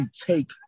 take